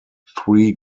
three